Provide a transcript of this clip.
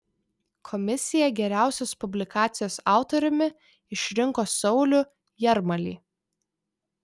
komisija geriausios publikacijos autoriumi išrinko saulių jarmalį